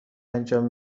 انجام